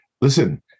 listen